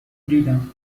دیدم